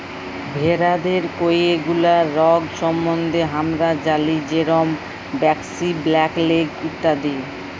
ভেরাদের কয়ে গুলা রগ সম্বন্ধে হামরা জালি যেরম ব্র্যাক্সি, ব্ল্যাক লেগ ইত্যাদি